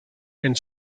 and